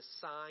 sign